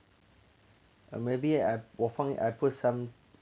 and maybe I 我放 I put some